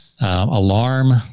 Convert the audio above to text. alarm